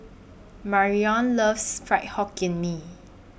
Marrion loves Fried Hokkien Mee